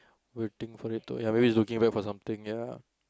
waiting for it to ya maybe he's looking back for something ya